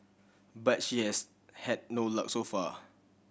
but she has had no luck so far